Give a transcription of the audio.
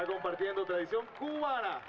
i don't want to be able to i don't wan